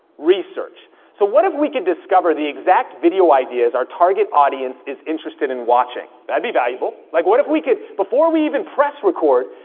research. so what if we could discover the exact video ideas our target audience is interested in watching. that'd be valuable. like what if we could, before we even press record,